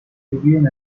libyan